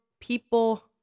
people